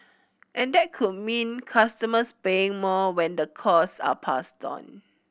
and that could mean customers paying more when the cost are passed on